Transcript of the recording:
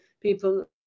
people